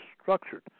structured